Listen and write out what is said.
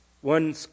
one